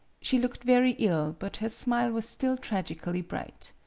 she looked very ill but her smile was still tragically bright.